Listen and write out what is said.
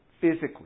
physically